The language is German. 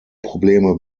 probleme